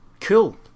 Cool